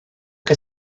que